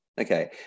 okay